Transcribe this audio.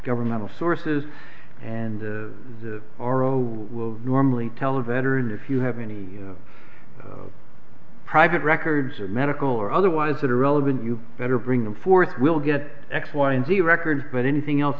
governmental sources and the aro will normally tell a veteran if you have any private records or medical or otherwise that are relevant you better bring them forth we'll get x y and z records but anything else